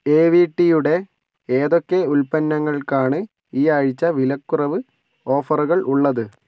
A വി ടിയുടെ ഏതൊക്കെ ഉൽപ്പന്നങ്ങൾക്കാണ് ഈ ആഴ്ച വിലക്കുറവ് ഓഫറുകൾ ഉള്ളത്